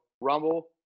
rumble